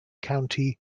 county